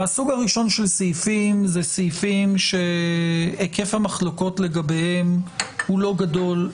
הסוג הראשון של סעיפים זה סעיפים שהיקף המחלוקות לגביהם הוא לא גדול,